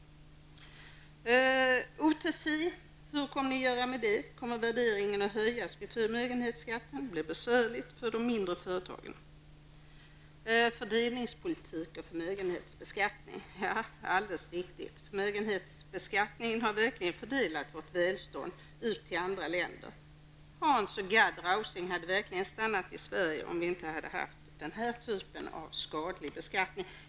Hur kommer ni att göra med beskattningen av OTC-aktier? Kommer värderingen att höjas vid förmögenhetsbeskattningen? Det blir besvärligt för de mindre företagen. Så till fördelningspolitik och förmögenhetsbeskattning. Det är alldeles riktigt att förmögenhetsbeskattningen har fördelat vårt välstånd ut till andra länder. Hans och Gad Rausing hade stannat i Sverige om vi inte hade haft den här typen av skadlig beskattning.